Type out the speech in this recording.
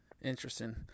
Interesting